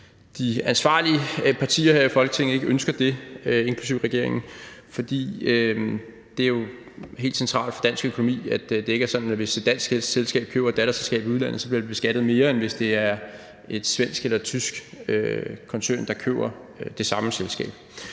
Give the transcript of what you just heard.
de ansvarlige partier her i Folketinget ikke ønsker det, inklusive regeringen. For det er jo helt centralt for dansk økonomi, at det ikke er sådan, at hvis et dansk selskab driver et datterselskab i udlandet, bliver det beskattet mere, end hvis det er en svensk eller en tysk koncern, der køber det samme selskab.